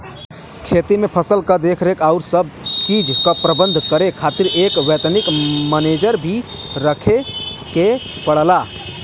खेती में फसल क देखरेख आउर सब चीज के प्रबंध करे खातिर एक वैतनिक मनेजर भी रखे के पड़ला